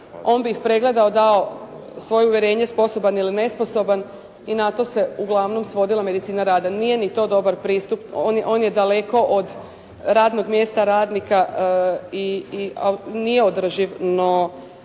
on bi ga pregledao dao svoje uvjerenje sposoban ili nesposoban i na to se uglavnom svodila medicina rada. Nije ni to dobar pristup, on je daleko od radnog mjesta radnika i nije održiv. No